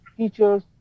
Teachers